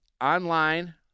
online